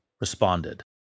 responded